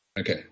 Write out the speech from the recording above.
Okay